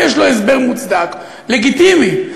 אם יש לו הסבר מוצדק, לגיטימי.